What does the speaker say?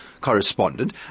correspondent